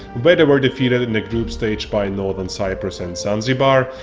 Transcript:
but were defeated in the group stage by northern cyprus and zanzibar,